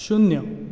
शुन्य